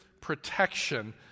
protection